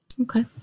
Okay